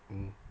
mm